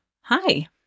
Hi